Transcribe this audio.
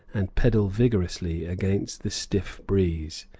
and pedal vigorously against the stiff breeze.